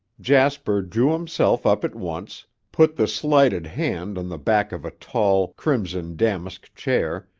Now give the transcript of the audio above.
jasper drew himself up at once, put the slighted hand on the back of a tall, crimson-damask chair,